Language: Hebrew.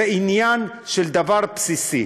זה עניין של דבר בסיסי.